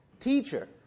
Teacher